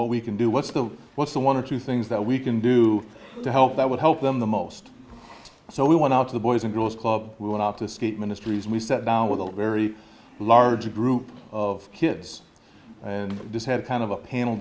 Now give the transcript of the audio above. what we can do what's the what's the one or two things that we can do to help that would help them the most so we went out to the boys and girls club we went up to skate ministries and we sat down with a very large group of kids and this had kind of a panel